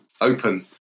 open